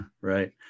Right